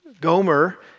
Gomer